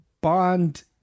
Bond